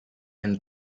and